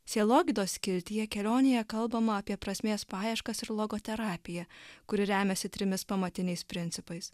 sielogydos skiltyje kelionėje kalbama apie prasmės paieškas ir logoterapiją kuri remiasi trimis pamatiniais principais